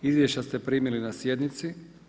Izvješća ste primili na sjednici.